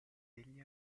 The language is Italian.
degli